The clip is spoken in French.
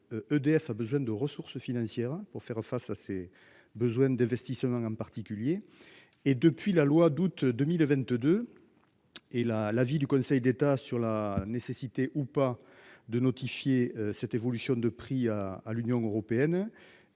EDF a besoin de ressources financières pour faire face à ses besoins d'investissement en particulier. Et depuis la loi d'août 2022. Et là l'avis du Conseil d'État sur la nécessité ou pas de notifier cette évolution de prix à à l'Union européenne.